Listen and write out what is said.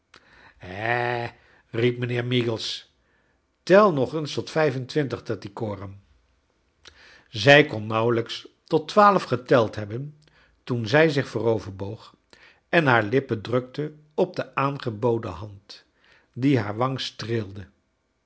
riep mijnheer meagles tel nog eens tot vijf en twin tig tatty coram m zij kon nauwelijks tot twaalf geteld hebben toen zij zich vooroverboog en haar lippen drukte op de aangeboden hand die haar wang